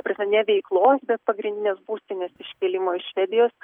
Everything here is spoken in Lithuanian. ta prasme ne veiklos bet pagrindinės būstinės iškėlimą iš švedijos